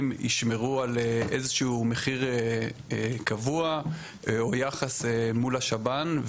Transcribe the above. ישמרו על איזה שהוא מחיר קבוע או יחס מול השב"ן.